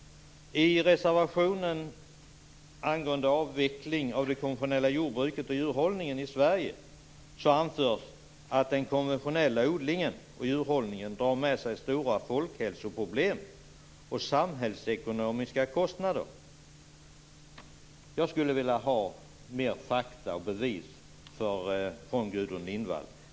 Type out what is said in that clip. I reservationen angående avveckling av det konventionella jordbruket och djurhållningen i Sverige anförs att den konventionella odlingen och djurhållningen drar med sig stora folkhälsoproblem och samhällsekonomiska kostnader. Jag skulle vilja ha mer fakta och bevis från Gudrun Lindvall.